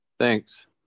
thanks